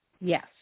Yes